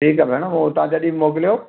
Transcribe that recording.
ठीकु आहे भेण उहो तव्हां जॾहिं मोकिलियो